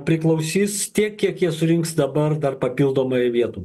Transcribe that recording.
priklausys tiek kiek jie surinks dabar dar papildomai vietų